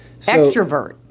Extrovert